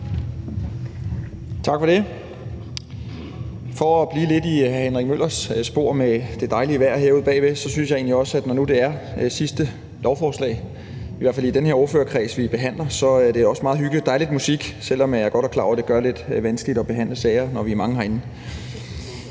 Tak for det. For at blive lidt i hr. Henrik Møllers spor om det dejlige vejr, så synes jeg egentlig også, at når det er det sidste lovforslag – i hvert fald i den her ordførerkreds – vi behandler, er det også meget hyggeligt, at der er lidt musik, selv om jeg godt er klar over, at det gør det lidt vanskeligt at behandle sagerne, når vi er mange herinde.